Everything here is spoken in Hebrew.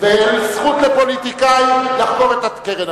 יש זכות לפוליטיקאי לחקור את הקרן,